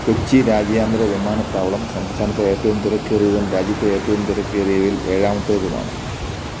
കൊച്ചി രാജ്യാന്തര വിമാനത്താവളം സംസ്ഥാനത്തെ ഏറ്റവും തിരക്കേറിയതും രാജ്യത്ത് ഏറ്റവും തിരക്കേറിയവയിൽ ഏഴാമത്തേതുമാണ്